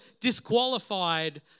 disqualified